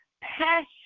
passion